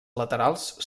laterals